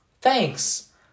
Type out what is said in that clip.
Thanks